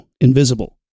invisible